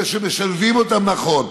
אלה שמשלבים אותם נכון.